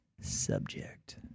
subject